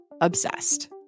obsessed